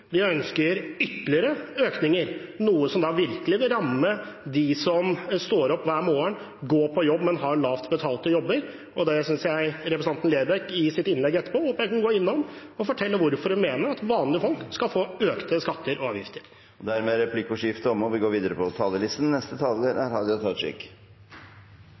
ønsker ytterligere økninger, noe som virkelig vil ramme dem som står opp hver morgen, går på jobb, men har dårlig betalte jobber. Det synes jeg representanten Lerbrekk i sitt innlegg etterpå skal komme inn på og fortelle hvorfor hun mener at vanlige folk skal få økte skatter og avgifter. Dermed er replikkordskiftet omme. For Arbeidarpartiet er det viktig å få fleire i arbeid og færre på trygd. Arbeidarpartiet er